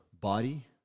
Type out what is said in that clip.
body